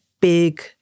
big